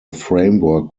framework